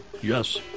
Yes